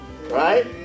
right